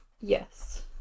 Yes